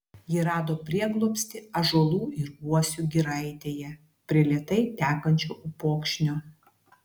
jie rado prieglobstį ąžuolų ir uosių giraitėje prie lėtai tekančio upokšnio